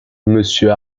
monsieur